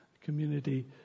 community